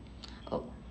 oh